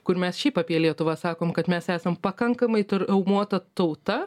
kur mes šiaip apie lietuvą sakom kad mes esam pakankamai traumuota tauta